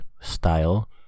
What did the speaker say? style